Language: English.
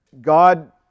God